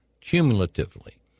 cumulatively